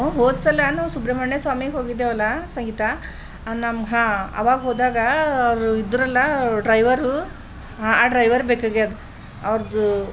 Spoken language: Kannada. ಹೋದ್ಸಲವೂ ಸುಬ್ರಹ್ಮಣ್ಯ ಸ್ವಾಮಿಗೆ ಹೋಗಿದ್ದೆವಲ್ಲ ಸಂಗೀತಾ ನಮ್ಮ ಹಾಂ ಅವಾಗ ಹೋದಾಗ ಅವರು ಇದ್ದರಲ್ಲ ಡ್ರೈವರು ಹಾಂ ಆ ಡ್ರೈವರ್ ಬೇಕಾಗ್ಯಾರ ಅವ್ರದ್ದು